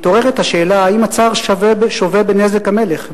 מתעוררת השאלה האם הצר שווה בנזק המלך.